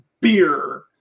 beer